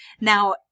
Now